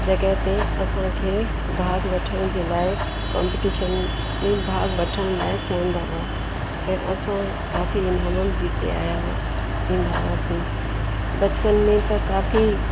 जॻह ते असांखे भाग वठण जे लाइ कॉम्पटीशन में भाग वठण लाइ चवंदा हुआ ऐं असां काफ़ी इनाम बि जीते आहिया हुआ ईंदा हुआसीं बचपन में त काफ़ी